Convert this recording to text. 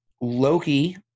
Loki